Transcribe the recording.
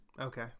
Okay